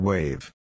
Wave